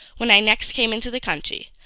when i next came into the country,